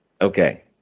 Okay